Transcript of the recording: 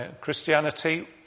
Christianity